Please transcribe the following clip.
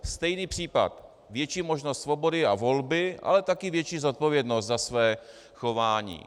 Stejný případ větší možnost svobody a volby, ale také větší zodpovědnost za své chování.